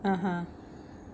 (uh huh)